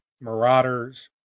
Marauders